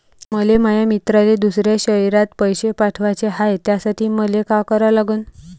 मले माया मित्राले दुसऱ्या शयरात पैसे पाठवाचे हाय, त्यासाठी मले का करा लागन?